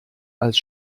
als